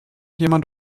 jemand